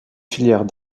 filières